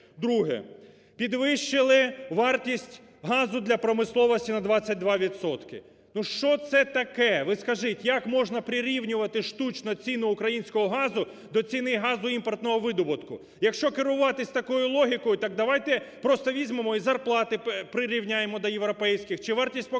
Друге. Підвищили вартість газу для промисловості на 22 відсотки, що це таке? Ви скажіть як можна прирівнювати штучно ціну українського газу до ціни газу імпортного видобутку. Якщо керуватись такою логікою, так давайте просто візьмемо і зарплати прирівняємо до європейських, чи вартість по